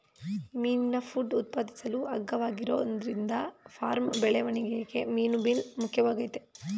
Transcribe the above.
ಮೀನಿನ ಫುಡ್ ಉತ್ಪಾದಿಸಲು ಅಗ್ಗವಾಗಿರೋದ್ರಿಂದ ಫಾರ್ಮ್ ಬೆಳವಣಿಗೆಲಿ ಮೀನುಮೀಲ್ ಮುಖ್ಯವಾಗಯ್ತೆ